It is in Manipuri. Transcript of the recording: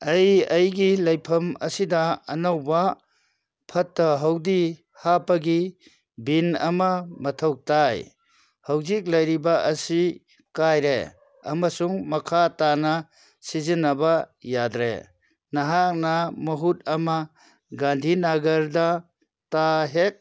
ꯑꯩ ꯑꯩꯒꯤ ꯂꯩꯐꯝ ꯑꯁꯤꯗ ꯑꯅꯧꯕ ꯐꯠꯇ ꯍꯥꯎꯗꯤ ꯍꯥꯞꯄꯒꯤ ꯕꯤꯟ ꯑꯃ ꯃꯊꯧ ꯇꯥꯏ ꯍꯧꯖꯤꯛ ꯂꯩꯔꯤꯕ ꯑꯁꯤ ꯀꯥꯏꯔꯦ ꯑꯃꯁꯨꯡ ꯃꯈꯥ ꯇꯥꯥꯅ ꯁꯤꯖꯤꯟꯅꯕ ꯌꯥꯗ꯭ꯔꯦ ꯅꯍꯥꯛꯅ ꯃꯍꯨꯠ ꯑꯃ ꯒꯥꯟꯙꯤ ꯅꯥꯒꯔꯗꯇ ꯍꯦꯛ